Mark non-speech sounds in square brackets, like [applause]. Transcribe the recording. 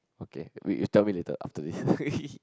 okay you you tell me later after this [laughs]